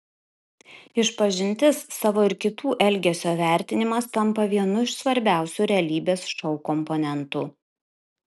išpažintis savo ir kitų elgesio vertinimas tampa vienu iš svarbiausių realybės šou komponentų